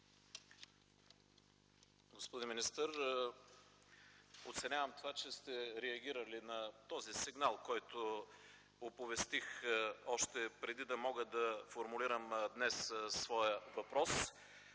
Господин министър, оценявам това, че сте реагирали на този сигнал, който оповестих още преди да мога да формулирам днес своя въпрос.